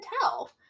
tell